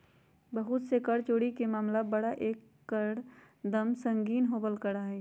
बहुत से कर चोरी के मामला बड़ा एक दम संगीन होवल करा हई